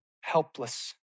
helpless